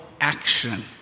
action